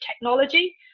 technology